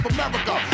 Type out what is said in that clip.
America